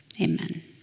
Amen